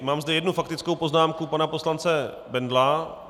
Mám zde jednu faktickou poznámku pana poslance Bendla.